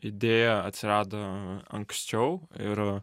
idėja atsirado anksčiau ir